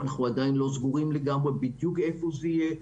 אנחנו עדיין לא סגורים לגמרי בדיוק איפה זה יהיה,